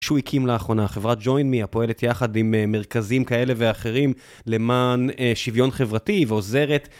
שהוא הקים לאחרונה, חברת ג'ויין מי, הפועלת יחד עם מרכזים כאלה ואחרים למען שוויון חברתי ועוזרת.